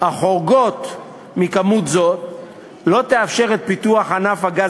החורגות מכמות זו לא תאפשר את פיתוח ענף הגז